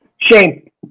Shame